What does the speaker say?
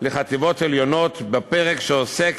בחטיבות עליונות בפרק שעוסק